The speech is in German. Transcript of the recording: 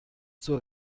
zur